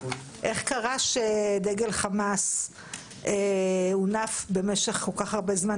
איך קרה שדגל חמאס ודגל הרשות הפלסטינית הונפו במשך כל כך הרבה זמן